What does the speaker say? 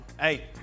Hey